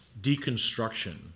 deconstruction